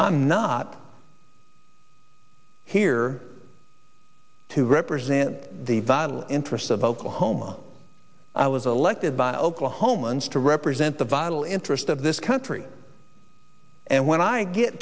e not here to represent the vital interests of oklahoma i was elected by oklahomans to represent the vital interest of this country and when i get